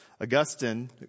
Augustine